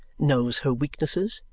knows her weaknesses,